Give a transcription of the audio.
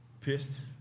Pissed